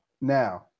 now